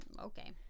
okay